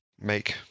make